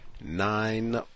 nine